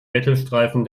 mittelstreifen